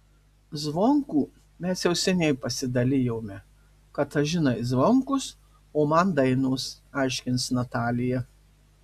zvonkų mes jau seniai pasidalijome katažinai zvonkus o man dainos aiškins natalija